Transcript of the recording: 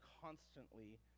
constantly